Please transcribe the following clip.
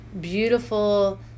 beautiful